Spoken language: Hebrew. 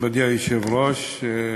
מכובדי היושב-ראש,